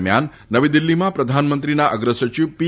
દરમિયાન નવી દિલ્હીમાં પ્રધાનમંત્રીના અગ્રસચિવ પી